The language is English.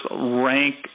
rank